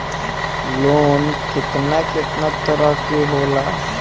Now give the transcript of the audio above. Loan केतना केतना तरह के होला?